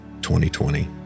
2020